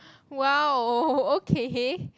!wow! okay